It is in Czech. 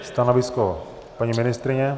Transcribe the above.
Stanovisko paní ministryně?